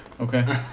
Okay